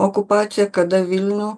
okupacija kada vilnių